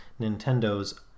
Nintendo's